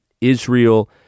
Israel